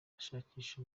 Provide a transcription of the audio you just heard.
ashakisha